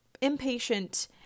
impatient